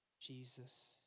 Jesus